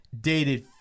dated